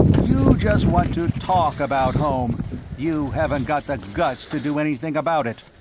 you just want to talk about home you haven't got the guts to do anything about it.